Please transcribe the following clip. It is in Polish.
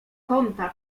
kąta